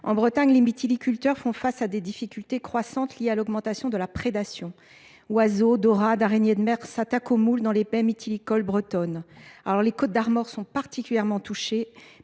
En Bretagne, les mytiliculteurs font face à des difficultés croissantes liées à l’augmentation de la prédation. Les oiseaux, les daurades et les araignées de mer s’attaquent aux moules dans les baies mytilicoles bretonnes. Si les Côtes d’Armor sont particulièrement touchées,